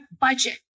budget